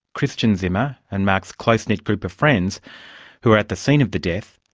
christian zimmer and mark's close-knit group of friends who were at the scene of the death,